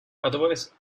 otherwise